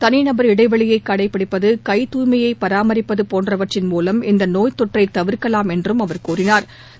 தளிநபர் இடைவெளியை கடைப்பிடிப்பது கைத்தூய்மையை பராமரிப்பது போன்றவற்றின் மூலம் இந்த நோய்த்தொற்றை தவிர்க்கலாம் என்று அவர் கூறினா்